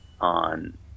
on